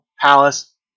Palace